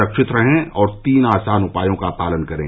सुरक्षित रहें और तीन आसान उपायों का पालन करें